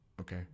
okay